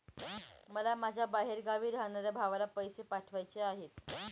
मला माझ्या बाहेरगावी राहणाऱ्या भावाला पैसे पाठवायचे आहे